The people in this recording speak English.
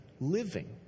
living